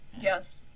Yes